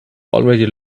already